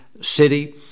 city